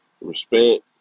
Respect